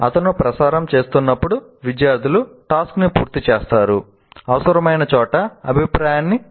అతను ప్రసారం చేస్తున్నప్పుడు విద్యార్థులు టాస్క్ ని పూర్తి చేస్తారు అవసరమైన చోట అభిప్రాయాన్ని ఇస్తారు